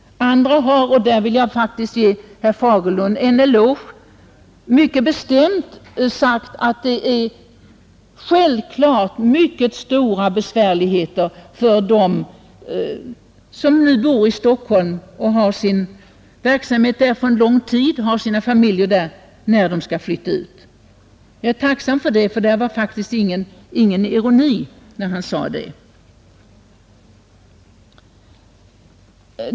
Andra har — och där vill jag faktiskt ge herr Fagerlund en eloge — mycket bestämt sagt att det blir självklart mycket stora besvärligheter för dem som nu bor i Stockholm, har sin verksamhet där sedan lång tid tillbaka och har sin familj där när de skall flytta ut från staden. Jag är tacksam för att han sade det, för det låg ingen ironi i det.